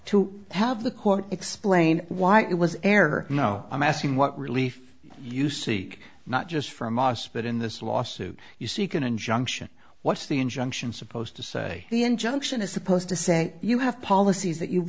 to have the court explain why it was error no i'm asking what relief you seek not just from os but in this lawsuit you seek an injunction what's the injunction supposed to say the injunction is supposed to say you have policies that you've